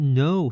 no